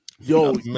yo